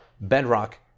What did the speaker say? bedrock